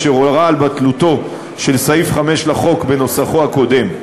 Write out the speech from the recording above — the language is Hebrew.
אשר הורה על בטלותו של סעיף 5 לחוק בנוסחו הקודם.